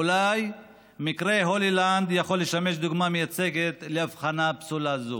אולי מקרה הולילנד יכול לשמש דוגמה מייצגת להבחנה פסולה זו.